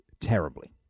terribly